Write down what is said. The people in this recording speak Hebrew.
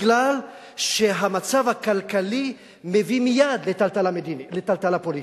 מפני שהמצב הכלכלי מביא מייד לטלטלה פוליטית.